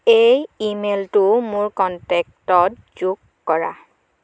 এই ইমেইলটো মোৰ কণ্টেক্টত যোগ কৰা